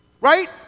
Right